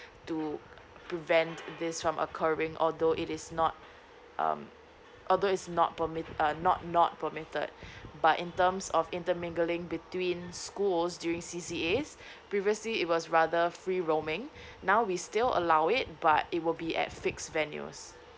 to prevent this from occurring although it is not um although it's not permit uh not not permitted but in terms of intermingling between schools during C_C_As previously it was rather free roaming now we still allow it but it will be at fixed venues